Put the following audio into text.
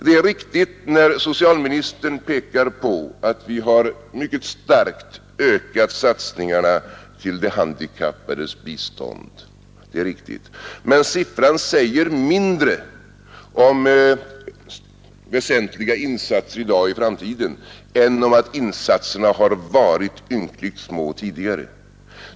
Det är riktigt när socialministern pekar på att vi mycket starkt ökat satsningarna till de handikappades bistånd. Men siffrorna säger mindre om väsentliga insatser i dag och i morgon än om att insatserna varit ynkligt små tidigare.